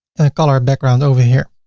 and a color background over here.